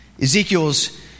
Ezekiel's